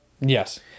Yes